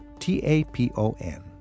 T-A-P-O-N